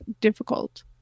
difficult